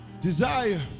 Desire